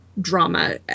drama